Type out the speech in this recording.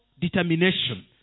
determination